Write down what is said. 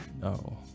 No